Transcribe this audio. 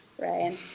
right